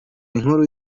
nkuru